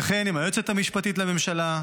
וכן עם היועצת המשפטית לממשלה,